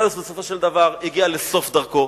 גאיוס בסופו של דבר הגיע לסוף דרכו,